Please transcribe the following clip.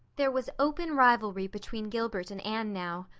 there was open rivalry between gilbert and anne now.